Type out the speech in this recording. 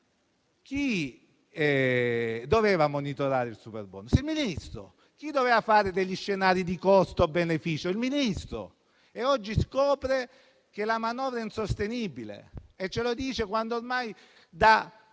chi doveva monitorare il superbonus? Il Ministro. Chi doveva fare degli scenari costi-benefici? Il Ministro. E oggi scopre che la manovra è insostenibile e ce lo dice quando ormai